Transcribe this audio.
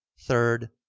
third,